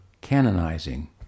canonizing